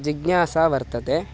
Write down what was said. जिज्ञासा वर्तते